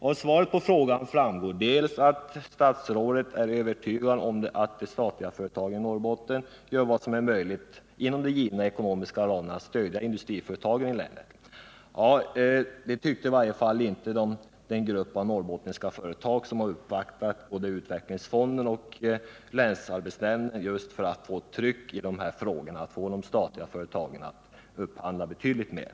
Av svaret på frågan framgår att statsrådet är övertygad om att de statliga företagen i Norrbotten gör vad som är möjligt inom de givna ekonomiska ramarna för att stödja industriföretagen i länet. Det tyckte i varje fall inte den grupp norrbottniska företag som har uppvaktat både utvecklingsfonden och länsarbetsnämnden just för att få ett tryck på de statliga företagen att upphandla betydligt mer.